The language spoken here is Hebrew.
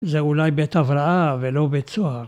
זה אולי בית הבראה ולא בית סוהר